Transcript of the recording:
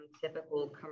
typical